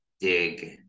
dig